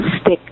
stick